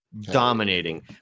dominating